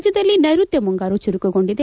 ರಾಜ್ಯದಲ್ಲ ನೈರುತ್ಯ ಮುಂಗಾರು ಚುರುಕುಗೊಂಡಿದೆ